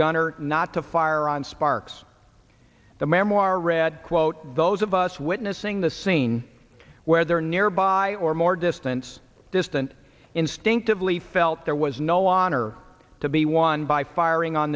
gunner not to fire on sparks the memoir read quote those of us witnessing the scene where their nearby or more distance distant instinctively felt there was no honor to be won by firing on